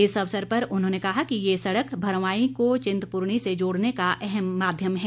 इस अवसर पर उन्होंने कहा कि ये सड़क भरवाई को चिंतपूर्णी से जोड़ने का अहम माध्यम हैं